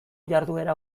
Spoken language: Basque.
jarduera